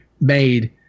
made